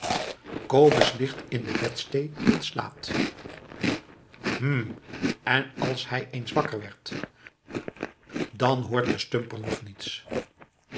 kobus ligt in de bedstee en slaapt hm en als hij eens wakker werd dan hoort de stumperd nog niets